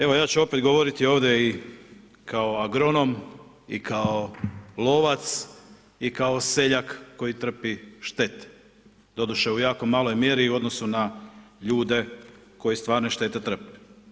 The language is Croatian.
Evo ja ću opet govoriti ovdje i kao agronom i kao lovac i kao seljak koji trpi štete, doduše u jako maloj mjeri u odnosu na ljude koji stvarno štete trpe.